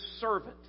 servant